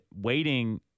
waiting